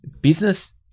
business